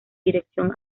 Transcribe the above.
dirección